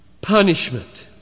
punishment